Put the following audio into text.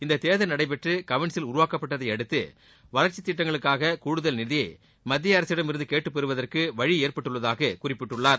இந்த தேர்தல் நடைபெற்று கவுன்சில் உருவாக்கப்பட்டதையடுத்து வளர்ச்சி திட்டங்களுக்கா கூடுதல் நிதியை மத்திய அரசிடம் இருந்து கேட்டுப்பெறுவதற்கு வழி ஏற்பட்டுள்ளதாக குறிப்பிட்டுள்ளார்